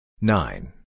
nine